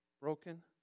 broken